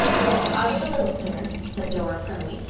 yes, i was a little scared, said dora primly,